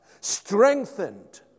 strengthened